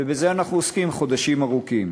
ובזה אנחנו עוסקים חודשים ארוכים.